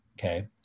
okay